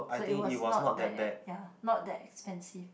so it was not that ex ya not that expensive